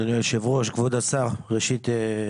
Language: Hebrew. אדוני היו"ר, כבוד השר, ראשית,